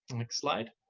next slide.